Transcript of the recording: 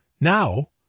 now